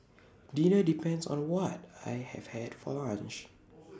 dinner depends on what I have had for lunch